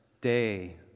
day